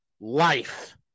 life